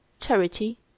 charity